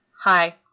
Hi